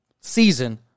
season